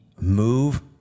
move